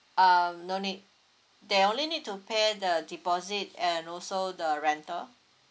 um no need they only need to pay the deposit and also the rental